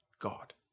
God